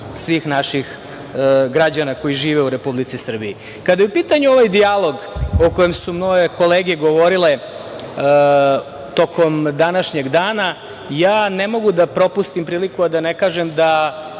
svih naših građana koji žive u Republici Srbiji. Kada je u pitanju ovaj dijalog, o kojem su moje kolege govorile tokom današnjeg dana, ja ne mogu da propustim priliku a da ne kažem da